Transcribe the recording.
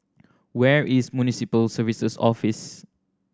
where is Municipal Services Office